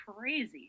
crazy